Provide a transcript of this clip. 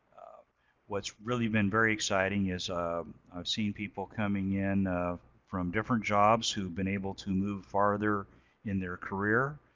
what's really been very exciting is i've seen people coming in from different jobs who've been able to move farther in their career,